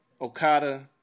Okada